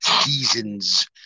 season's